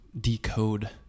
decode